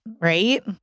right